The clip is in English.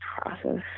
process